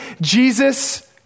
Jesus